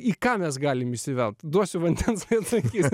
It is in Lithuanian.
į ką mes galime įsivelt duosiu vandens sakys